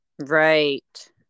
Right